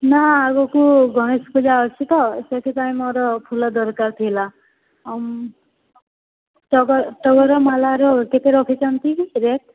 ନା ଆଗକୁ ଗଣେଷ ପୂଜା ଆସୁଛି ତ ସେଥିପାଇଁ ମୋର ଫୁଲ ଦରକାର ଥିଲା ଟଗର ମାଳାର କେତେ ରଖିଛନ୍ତି କି ରେଟ୍